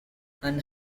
and